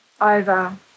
over